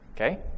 okay